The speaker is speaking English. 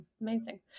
Amazing